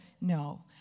no